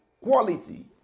quality